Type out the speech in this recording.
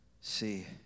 See